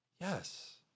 Yes